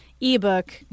ebook